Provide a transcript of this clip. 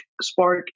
spark